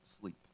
sleep